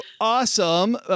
awesome